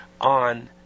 on